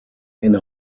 and